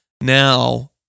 Now